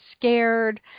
scared